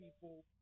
people